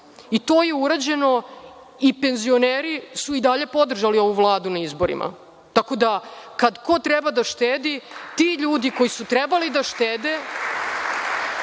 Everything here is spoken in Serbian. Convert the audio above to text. i to je urađeno i penzioneri su i dalje podržali ovu Vladu na izborima. Tako da, kad ko treba da štedi, ti ljudi koji su trebali da štede